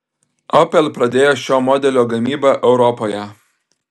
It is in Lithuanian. opel pradėjo šio modelio gamybą europoje